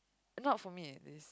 not for me at least